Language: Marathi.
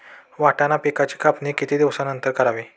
वाटाणा पिकांची कापणी किती दिवसानंतर करावी?